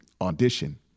audition